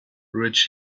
rich